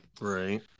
Right